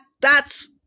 that's-